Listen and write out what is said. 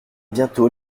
bientôt